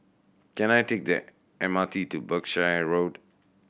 can I take the M R T to Berkshire Road